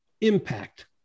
impact